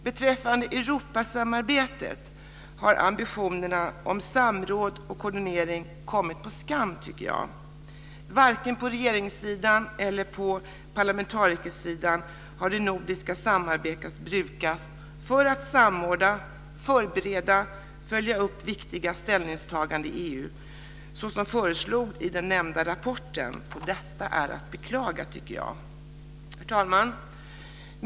Beträffande Europasamarbetet har ambitionerna för samråd och koordinering kommit på skam. Varken på regeringssidan eller på parlamentarikersidan har det nordiska samarbetet brukats för att samordna, förbereda och följa upp viktiga ställningstaganden i EU såsom föreslogs i den nämnda rapporten. Detta är att beklaga, tycker jag. Herr talman!